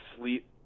sleep –